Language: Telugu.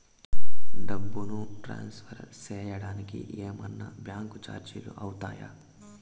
డబ్బును ట్రాన్స్ఫర్ సేయడానికి ఏమన్నా బ్యాంకు చార్జీలు అవుతాయా?